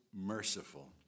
merciful